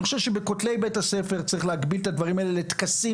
אני חושב שבכתלי בית הספר צריך להגביל את הדברים האלה לטקסים,